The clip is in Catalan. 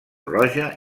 roja